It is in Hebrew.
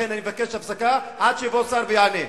לכן אני אבקש הפסקה עד שיבוא שר ויענה.